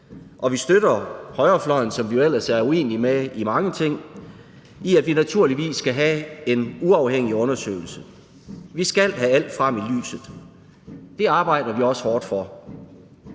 Og vi støtter højrefløjen, som vi ellers er uenige med i mange ting, i, at vi naturligvis skal have en uafhængig undersøgelse. Vi skal have alt frem i lyset, og det arbejder vi også hårdt for.